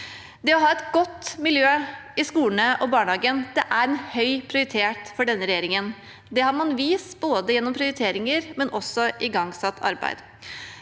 Det å ha et godt miljø i skolene og barnehagene er en høy prioritet for denne regjeringen. Det har man vist gjennom både prioriteringer og igangsatt arbeid.